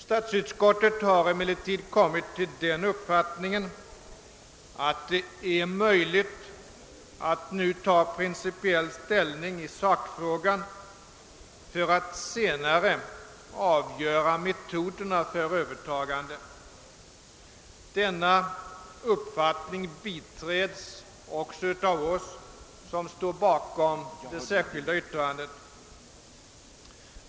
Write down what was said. Statsutskottet har emellertid kommit till den uppfattningen att det är möjligt att nu ta principiell ställning i sakfrågan för att senare avgöra metoderna för övertagandet. Denna uppfattning biträds också av oss som står bakom det särskilda yttrandet.